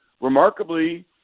remarkably